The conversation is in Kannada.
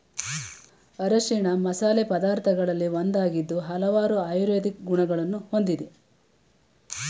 ಅರಿಶಿಣ ಮಸಾಲೆ ಪದಾರ್ಥಗಳಲ್ಲಿ ಒಂದಾಗಿದ್ದು ಹಲವಾರು ಆಯುರ್ವೇದಿಕ್ ಗುಣಗಳನ್ನು ಹೊಂದಿದೆ